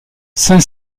cinq